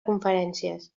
conferències